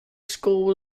school